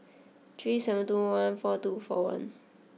three seven two one four two four one